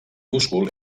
múscul